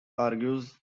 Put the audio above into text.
argues